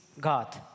God